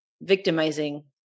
victimizing